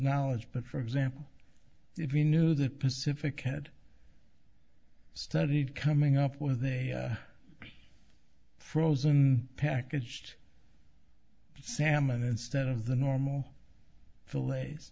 knowledge but for example if you knew the pacific had studied coming up with a frozen packaged salmon instead of the normal filets